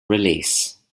release